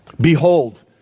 Behold